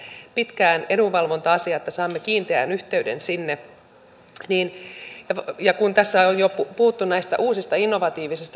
ja kaikki me tiedämme arvoisa puhemies että edessä oleva ilmavoimien uusien torjuntahävittäjien hankinta ei tietenkään koske näitä käyttömäärärahoja